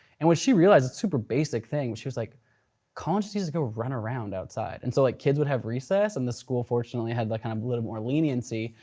and what she realized a super basic thing. she was like colin just needs to go run around outside. and so like kids would have recess, and the school fortunately had a like kind of little more leniency,